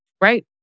Right